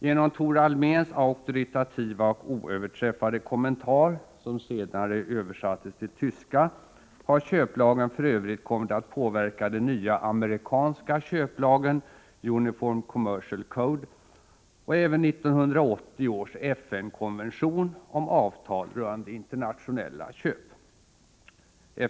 Genom Tore Alméns auktoritativa och oöverträffade kommentar — som senare översattes till tyska — har köplagen för övrigt kommit att påverka den nya amerikanska köplagen, Uniform Commercial Code, och även 1980 års FN-konvention om avtal rörande internationella köp.